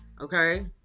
okay